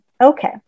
okay